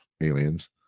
aliens